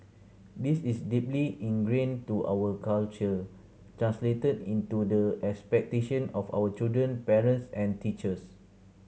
this is deeply ingrained to our culture translated into the expectation of our children parents and teachers